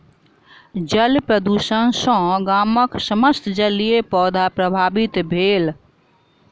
जल प्रदुषण सॅ गामक समस्त जलीय पौधा प्रभावित भेल